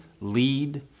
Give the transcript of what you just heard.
lead